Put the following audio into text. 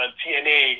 tna